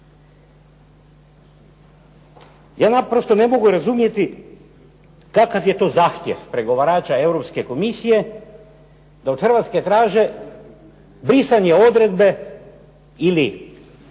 Ja naprosto ne mogu razumjeti kakav je to zahtjev pregovarača Europske komisije da od Hrvatske traže brisanje odredbe ili